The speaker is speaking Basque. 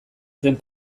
zen